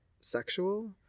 sexual